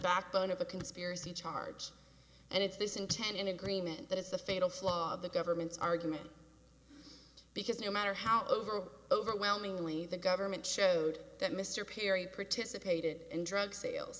backbone of the conspiracy charge and if this intent in agreement that is the fatal flaw of the government's argument because no matter how over overwhelmingly the government showed that mr perry participated in drug sales